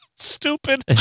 stupid